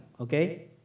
Okay